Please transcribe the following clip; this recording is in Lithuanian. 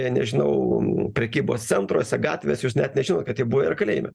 nežinau prekybos centruose gatvėse jūs net nežinot kad jie buvę yra kalėjime